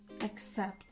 accept